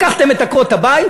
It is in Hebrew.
לקחתם את עקרות-הבית,